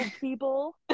people